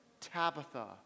Tabitha